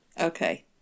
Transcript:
okay